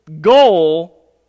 goal